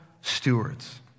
stewards